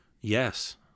yes